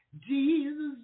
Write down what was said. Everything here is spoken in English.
Jesus